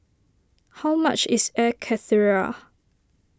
how much is Air Karthira